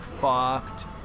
fucked